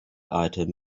item